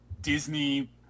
Disney